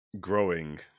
growing